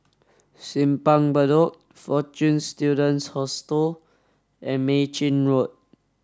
Simpang Bedok Fortune Students Hostel and Mei Chin Road